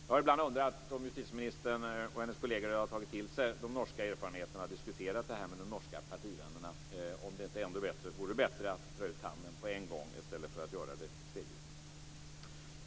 Jag har ibland undrat om justitieministern och hennes kolleger har tagit till sig de norska erfarenheterna och med de norska partivännerna diskuterat om det ändå inte vore bättre att dra ut tanden på en gång i stället för att göra det stegvis.